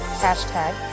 hashtag